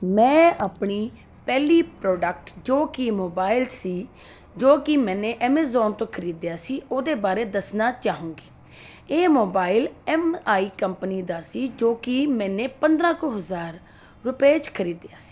ਮੈਂ ਆਪਣੀ ਪਹਿਲੀ ਪਰੋਡਕਟ ਜੋ ਕਿ ਮੋਬਾਈਲ ਸੀ ਜੋ ਕਿ ਮੈਨੇ ਐਮਜ਼ੋਨ ਤੋਂ ਖਰੀਦਿਆ ਸੀ ਓਹਦੇ ਬਾਰੇ ਦੱਸਣਾ ਚਾਹੂੰਗੀ ਇਹ ਮੋਬਾਈਲ ਐੱਮ ਆਈ ਕੰਪਨੀ ਦਾ ਸੀ ਜੋ ਕਿ ਮੈਨੇ ਪੰਦਰਾਂ ਕੁ ਹਜ਼ਾਰ ਰੁਪਏ 'ਚ ਖਰੀਦਿਆ ਸੀ